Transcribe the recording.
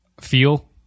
feel